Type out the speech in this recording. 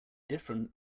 different